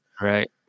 Right